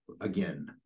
again